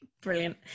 Brilliant